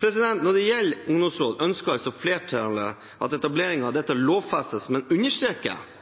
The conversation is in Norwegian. Når det gjelder ungdomsråd, ønsker flertallet at etableringen av dette lovfestes, men understreker